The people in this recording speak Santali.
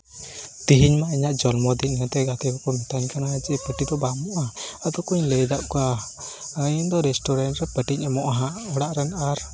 ᱛᱤᱦᱤᱧ ᱤᱧᱟᱹᱜ ᱡᱚᱱᱢᱚ ᱫᱤᱱ ᱚᱱᱟᱛᱮ ᱜᱟᱛᱮ ᱠᱚᱠᱚ ᱢᱤᱛᱟᱹᱧ ᱠᱟᱱᱟ ᱡᱮ ᱯᱟᱹᱴᱤ ᱫᱚ ᱵᱟᱝ ᱮᱢᱚᱜᱼᱟ ᱟᱫᱚ ᱠᱚ ᱞᱟᱹᱭ ᱟᱠᱟᱫ ᱠᱚᱣᱟ ᱤᱧ ᱫᱚ ᱨᱮᱥᱴᱩᱨᱮᱱᱴ ᱨᱮ ᱯᱟᱹᱴᱤᱧ ᱮᱢᱚᱜᱼᱟ ᱦᱚᱸᱜ ᱚᱲᱟᱜ ᱨᱮᱱ ᱟᱨ